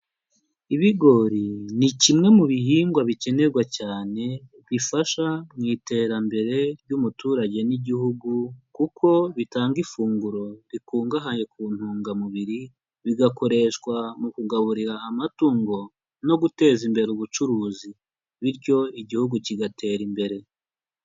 Ibigori ni kimwe mu bihingwa bikenerwa cyane bifasha mu iterambere ry'umuturage n'Igihugu kuko bitanga ifunguro rikungahaye ku ntungamubiri, bigakoreshwa mu kugaburira amatungo no guteza imbere ubucuruzi, bityo Igihugu kigatera imbere.